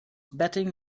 betting